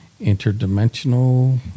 interdimensional